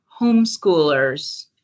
homeschoolers